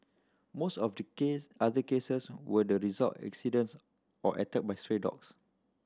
most of the case other cases were the result accidents or attack by stray dogs